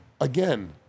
again